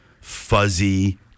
fuzzy